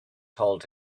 told